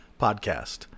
podcast